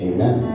Amen